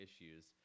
issues